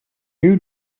you